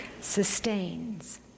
sustains